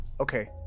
Okay